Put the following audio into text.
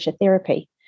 therapy